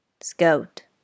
Scout